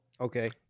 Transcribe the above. Okay